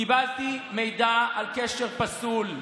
קיבלתי מידע על קשר פסול,